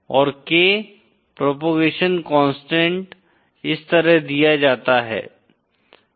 और K propagation constant इस तरह दिया जाता है